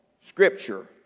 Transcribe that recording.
Scripture